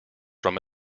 from